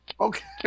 Okay